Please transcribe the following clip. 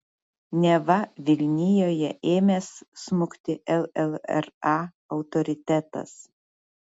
neva vilnijoje ėmęs smukti llra autoritetas